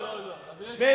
לא, לא, לא.